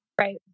Right